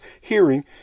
hearing